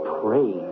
pray